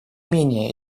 менее